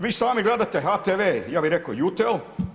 Vi sami gledate HTV ja bih rekao JUTEL.